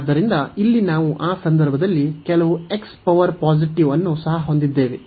ಆದ್ದರಿಂದ ಇಲ್ಲಿ ನಾವು ಆ ಸಂದರ್ಭದಲ್ಲಿ ಕೆಲವು ಅನ್ನು ಸಹ ಹೊಂದಿದ್ದೇವೆ